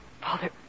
Father